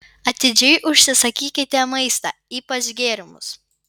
atidžiai užsisakykite maistą ypač gėrimus